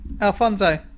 Alfonso